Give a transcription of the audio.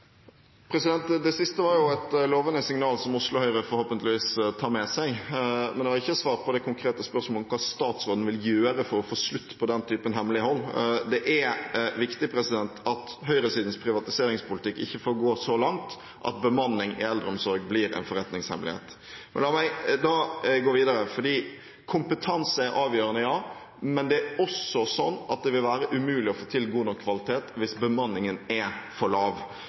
Det siste var jo et lovende signal som Oslo Høyre forhåpentligvis tar med seg, men det er ikke svart på det konkrete spørsmålet om hva statsråden vil gjøre for å få slutt på den typen hemmelighold. Det er viktig at høyresidens privatiseringspolitikk ikke får gå så langt at bemanning i eldreomsorgen blir en forretningshemmelighet. La meg da gå videre: Kompetanse er avgjørende, ja, men det er også sånn at det vil være umulig å få til god nok kvalitet hvis bemanningen er for lav.